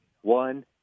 One